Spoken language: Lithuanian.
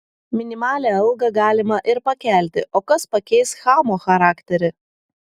minimalią algą galima ir pakelti o kas pakeis chamo charakterį